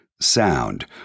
Sound